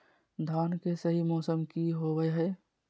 धान के सही मौसम की होवय हैय?